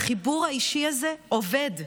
החיבור האישי הזה עובד,